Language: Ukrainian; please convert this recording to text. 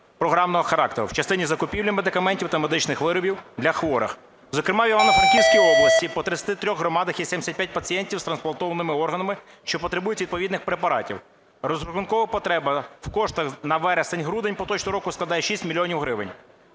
програмного характеру" в частині закупівлі медикаментів та медичних виробів для хворих. Зокрема в Івано-Франківській області по 33 громадах є 75 пацієнтів з трансплантованими органами, що потребують відповідних препаратів. Розрахункова потреба в коштах на вересень-грудень поточного року складає 6 мільйонів гривень,